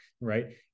Right